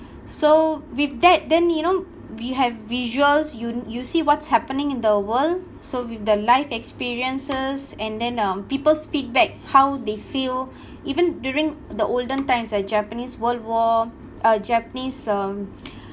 so with that then you know we have visuals you you see what's happening in the world so with the life experiences and then um people's feedback how they feel even during the olden times like the japanese world war uh japanese um